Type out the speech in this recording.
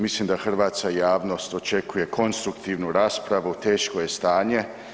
Mislim da hrvatska javnost očekuje konstruktivnu raspravu, teško je stanje.